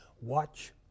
Watch